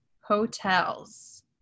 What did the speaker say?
hotels